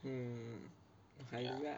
mm mahal juga